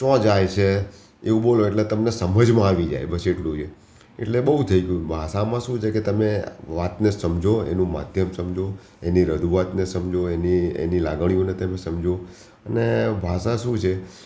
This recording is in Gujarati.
ચો જાય સે એવું બોલે એટલે તમને સમજમાં આવી જાય બસ એટલું છે એટલે બહુ થઇ ગયું ભાષામાં શું છે કે તમે વાતને સમજો એનું માધ્યમ સમજો એની રજૂઆતને સમજો એની એની લાગણીઓને તમે સમજો અને ભાષા શું છે